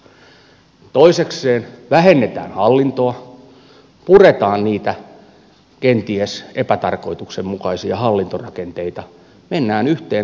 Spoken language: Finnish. toisekseen vähennetään hallintoa puretaan niitä kenties epätarkoituksenmukaisia hallintorakenteita mennään yhteen hallintoon